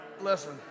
Listen